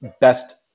best